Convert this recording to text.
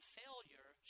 failure